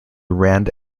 rand